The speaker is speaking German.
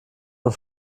und